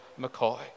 McCoy